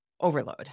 overload